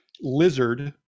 lizard